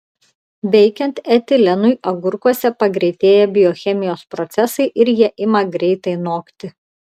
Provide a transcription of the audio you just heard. veikiant etilenui agurkuose pagreitėja biochemijos procesai ir jie ima greitai nokti